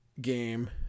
game